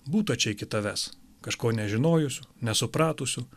būta čia iki tavęs kažko nežinojusių nesupratusių